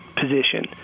position